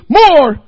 more